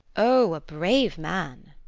o, a brave man!